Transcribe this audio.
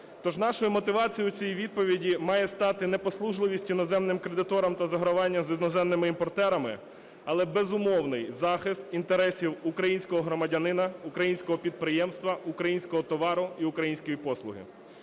Тож нашою мотивацією цій відповіді має стати не послужливість іноземним кредиторам та загравання з іноземними імпортерами, але безумовний захист інтересів українського громадянина, українського підприємства, українського товару і української послуги.